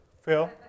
Phil